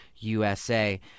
USA